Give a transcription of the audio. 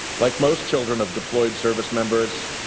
like most children of deployed service members,